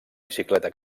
bicicleta